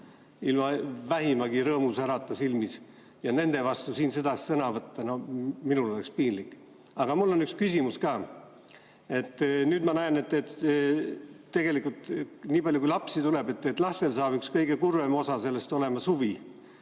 ilma vähimagi rõõmusärata silmis. Ja nende vastu siin sedasi sõna võtta – no minul oleks piinlik. Aga mul on üks küsimus ka. Ma näen, et tegelikult, kui lapsed tulevad, siis nendel saab üks kõige kurvem osa sellest olema suvi,